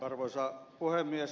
arvoisa puhemies